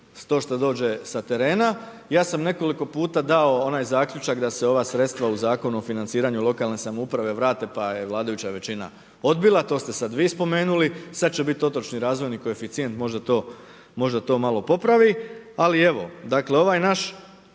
to što dođe sa terena. Ja sam nekoliko puta dao onaj zaključak da se ova sredstva u Zakonu o financiranju lokalne samouprave uprave vrate pa je vladajuća većina odbila, to ste sada vi spomenuli, sada će biti otočni razvojni koeficijent možda to malo popravi. Ali evo ovaj naš